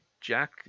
Jack